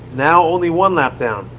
now only one lap down.